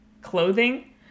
clothing